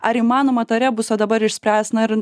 ar įmanoma tą rebusą dabar išspręst na ir